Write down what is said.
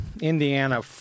Indiana